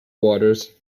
waters